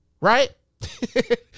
Right